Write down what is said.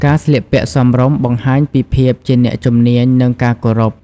ការស្លៀកពាក់សមរម្យបង្ហាញពីភាពជាអ្នកជំនាញ និងការគោរព។